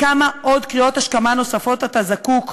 לכמה עוד קריאות השכמה נוספות אתה זקוק?